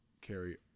carry